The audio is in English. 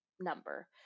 number